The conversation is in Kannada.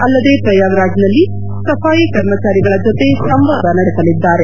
ಅಲ್ಲದೆ ಪ್ರಯಾಗ್ರಾಜ್ನಲ್ಲಿ ಸಫಾಯಿ ಕರ್ಮಚಾರಿಗಳ ಜೊತೆ ಸಂವಾದ ನಡೆಸಲಿದ್ದಾರೆ